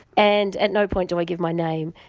and at no point do i give my name.